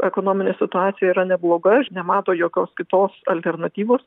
ekonominė situacija yra nebloga nemato jokios kitos alternatyvos